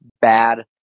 bad